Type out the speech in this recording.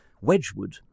Wedgwood